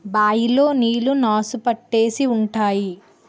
bye లో నీళ్లు నాసు పట్టేసి ఉంటాయి